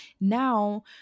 now